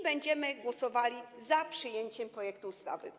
Będziemy głosowali za przyjęciem projektu ustawy.